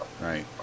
Right